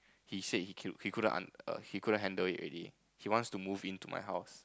he said he killed he couldn't under~ he couldn't handle it already he wants to move into my house